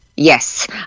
Yes